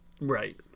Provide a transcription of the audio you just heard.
Right